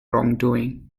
wrongdoing